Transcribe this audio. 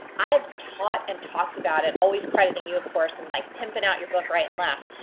i've taught and talked about it, always crediting you of course and like pimping out your book right and left,